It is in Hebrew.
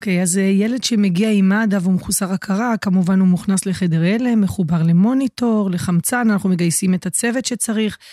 אוקיי, אז ילד שמגיע עם מד"א ומחוסר הכרה, כמובן הוא מוכנס לחדר הלם, מחובר למוניטור, לחמצן, אנחנו מגייסים את הצוות שצריך.